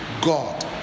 God